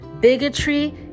bigotry